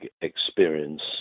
experience